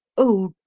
oh,